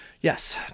yes